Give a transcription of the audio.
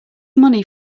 money